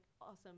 awesome